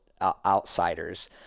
outsiders